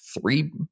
three